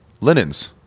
linens